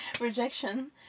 rejection